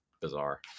bizarre